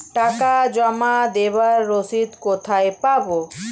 টাকা জমা দেবার রসিদ কোথায় পাব?